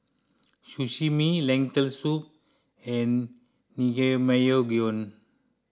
Sashimi Lentil Soup and Naengmyeon